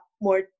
more